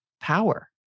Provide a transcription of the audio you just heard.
power